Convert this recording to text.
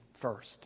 first